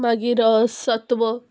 मागीर सत्वो